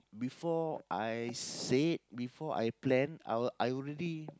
before I say it before I plan I'll I already